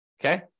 okay